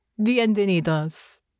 Bienvenidos